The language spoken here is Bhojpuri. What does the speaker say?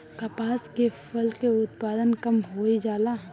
कपास के फसल के उत्पादन कम होइ जाला?